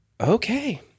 okay